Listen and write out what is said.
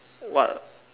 what